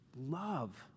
love